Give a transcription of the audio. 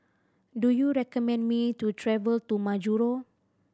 do you recommend me to travel to Majuro